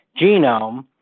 genome